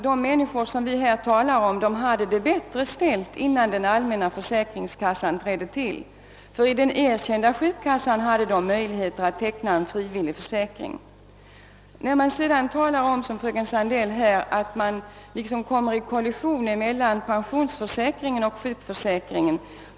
De människor jag nu talar om hade det bättre ställt innan den allmänna försäkringskassan kom till. I de enskilda sjukkassorna hade de nämligen möjlighet att teckna en frivillig försäkring. Fröken Sandell pekade vidare på att det uppstår en kollision mellan pensionsförsäkringen och sjukförsäkringen.